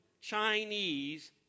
Chinese